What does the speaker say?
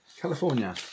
California